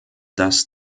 dass